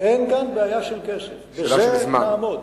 בזה נעמוד.